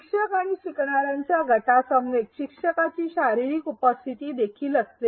शिक्षक आणि शिकणार्याच्या गटासमवेत शिक्षकांची शारीरिक उपस्थिती देखील असते